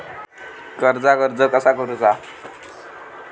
कर्जाक अर्ज कसा करुचा?